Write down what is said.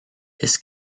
his